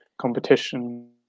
competition